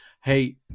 Hey